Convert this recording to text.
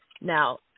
Now